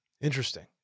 Interesting